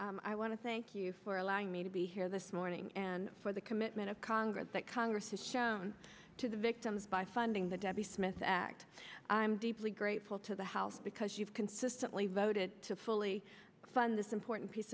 you i want to thank you for allowing me to be here this morning and for the commitment of congress that congress has shown to the victims by funding the debbie smiths act i'm deeply grateful to the house because you've consistently voted to fully fund this important piece